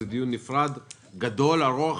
זה דיון נפרד וגדול וארוך.